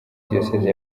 diyoseze